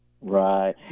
Right